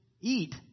eat